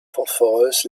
phosphorus